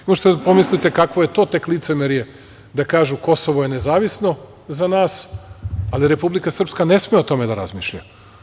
Možete da pomislite kakvo je to tek licemerje da kažu - Kosovo je nezavisno za nas, a da Republika Srpska ne sme o tome da razmišlja.